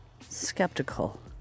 skeptical